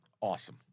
Awesome